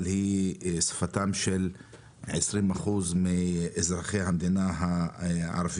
אבל היא שפתם של עשרים אחוז מאזרחי המדינה הערביים.